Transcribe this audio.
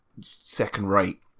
second-rate